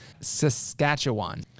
Saskatchewan